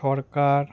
সরকার